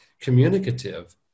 communicative